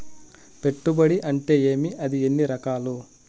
పెట్టుబడి అంటే ఏమి అది ఎన్ని రకాలు